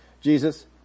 Jesus